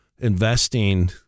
investing